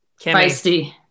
Feisty